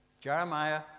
Jeremiah